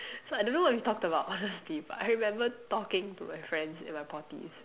so I don't know what we talked about honestly but I remember talking to my friends in my potties